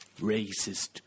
racist